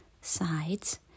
sides